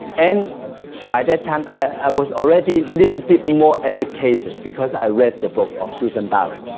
and by that time i was already little bit more educated because i read the book of susan barwig